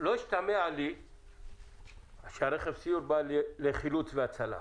לא השתמע לי שהסיוע בא לחילוץ והצלה.